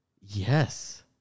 Yes